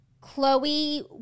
Chloe